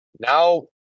Now